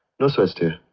no sweats, dear.